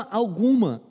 alguma